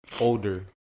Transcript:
Older